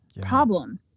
problem